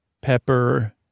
pepper